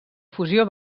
fusió